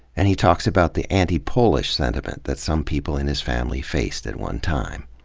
and he talks about the anti-polish sentiment that some people in his family faced at one time.